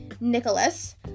Nicholas